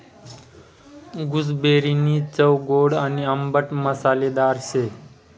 गूसबेरीनी चव गोड आणि आंबट मसालेदार शे